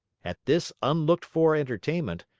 at this unlooked-for entertainment,